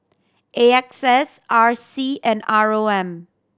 A X S R C and R O M